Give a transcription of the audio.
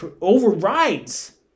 overrides